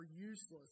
useless